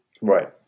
Right